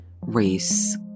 race